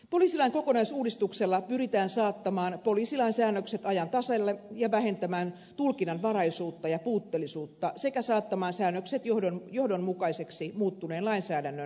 poliisilain kokonaisuudistuksella pyritään saattamaan poliisilain säännökset ajan tasalle ja vähentämään tulkinnanvaraisuutta ja puutteellisuutta sekä saattamaan säännökset johdonmukaisiksi muuttuneen lainsäädännön kanssa